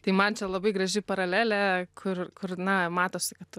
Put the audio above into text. tai man čia labai graži paralelė kur kur na matosi kad